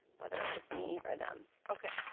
whether it was me or them. okay.